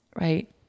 right